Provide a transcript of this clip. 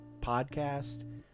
podcast